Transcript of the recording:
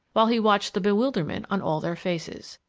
while he watched the bewilderment on all their faces.